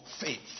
faith